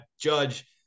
Judge